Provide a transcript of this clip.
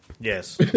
Yes